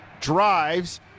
drives